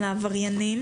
אלא עבריינים